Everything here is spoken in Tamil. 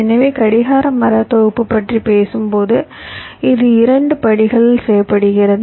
எனவே கடிகார மர தொகுப்பு பற்றி பேசும்போத இது 2 படிகளில் செய்யப்படுகிறது